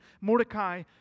Mordecai